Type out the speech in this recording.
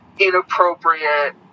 inappropriate